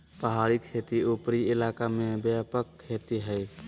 पहाड़ी खेती उपरी इलाका में व्यापक खेती हइ